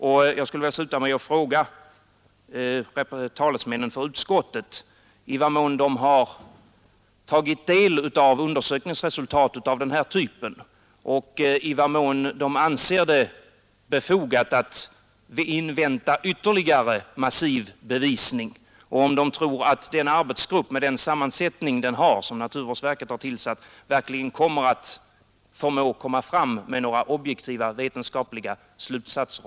Och jag skulle vilja sluta med att fråga talesmännen för utskottet i vad mån de har tagit del av undersökningsresultat av den här typen, i vad mån de anser det befogat att invänta ytterligare massiv bevisning samt om de tror att den arbetsgrupp — med den sammansättning den har — som naturvårdsverket har tillsatt verkligen förmår komma fram med några objektiva vetenskapliga slutsatser.